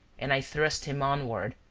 and i thrust him onward,